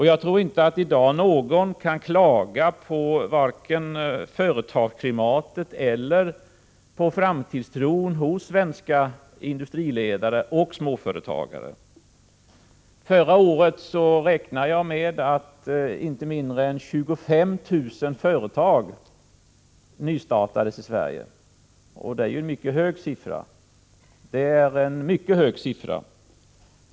Jag tror inte att någon i dag kan klaga på vare sig företagsklimatet eller framtidstron hos svenska industriledare och småföretagare. Förra året räknade jag med att inte mindre än 25 000 företag nystartades i Sverige — och det är ju en mycket hög siffra.